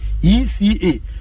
ECA